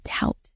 doubt